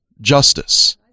justice